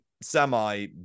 semi